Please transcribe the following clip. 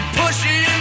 pushing